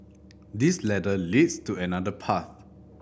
this ladder leads to another path